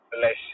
bless